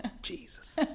Jesus